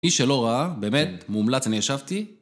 איש שלא ראה, באמת, מומלץ אני ישבתי